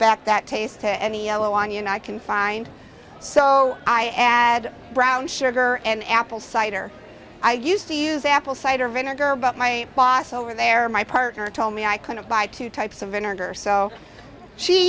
back that taste to any elo on you and i can find so i add brown sugar and apple cider i used to use apple cider vinegar but my boss over there my partner told me i couldn't buy two types of inner so she